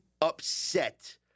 upset